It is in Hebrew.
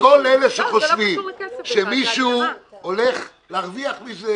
לכל אלה שחושבים שמישהו הולך להרוויח מזה